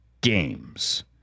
games